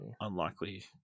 unlikely